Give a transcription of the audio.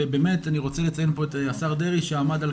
ובאמת אני רוצה לציין פה את השר דרעי שעמד על